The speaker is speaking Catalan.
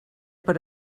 per